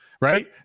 right